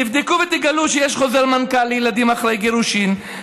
תבדקו ותגלו שיש חוזר מנכ"ל לילדים אחרי גירושין,